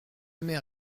mer